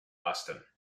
austin